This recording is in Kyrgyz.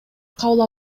кабыл